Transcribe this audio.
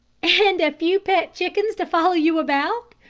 and a few pet chickens to follow you about?